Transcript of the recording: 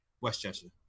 Westchester